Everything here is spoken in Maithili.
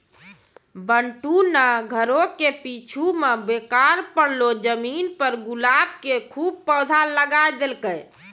बंटू नॅ घरो के पीछूं मॅ बेकार पड़लो जमीन पर गुलाब के खूब पौधा लगाय देलकै